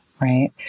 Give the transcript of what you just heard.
Right